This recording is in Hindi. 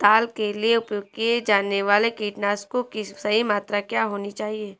दाल के लिए उपयोग किए जाने वाले कीटनाशकों की सही मात्रा क्या होनी चाहिए?